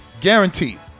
guaranteed